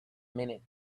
minute